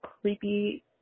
creepy